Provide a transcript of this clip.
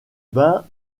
bain